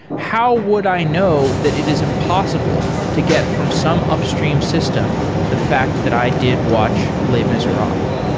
how would i know that it is impossible to get from some upstream system the fact that i did watch les miserables?